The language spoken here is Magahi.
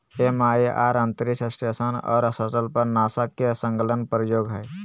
एम.आई.आर अंतरिक्ष स्टेशन और शटल पर नासा के संलग्न प्रयोग हइ